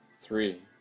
three